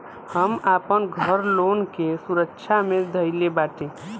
हम आपन घर लोन के सुरक्षा मे धईले बाटी